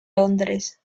londres